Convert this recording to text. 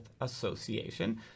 Association